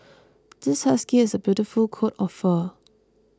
this husky has a beautiful coat of fur